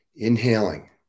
Inhaling